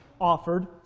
offered